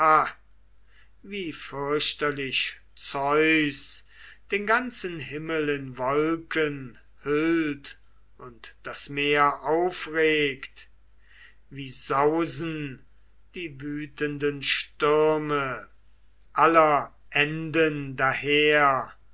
wie fürchterlich zeus den ganzen himmel in wolken hüllt und das meer aufregt wie sausen die wütenden stürme aller enden daher